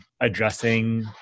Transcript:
addressing